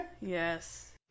Yes